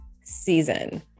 season